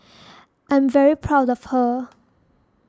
I'm very proud of her